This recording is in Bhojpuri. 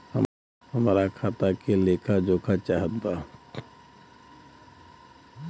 हमरा खाता के लेख जोखा चाहत बा?